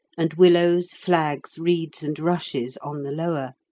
and willows, flags, reeds, and rushes on the lower.